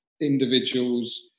individuals